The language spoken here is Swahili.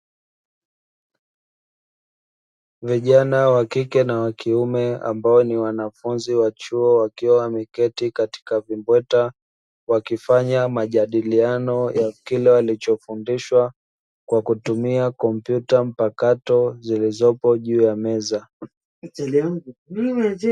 Vijana wakike na wa kiume ambao ni wanafunzi wa chuo wakiwa wameketi katika vibweta wakifanya majadiliano ya kile walicho fundishwa, kwa kutumia kompyuta mpakato zilizopo juu ya meza.